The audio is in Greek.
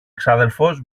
εξάδελφος